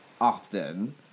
often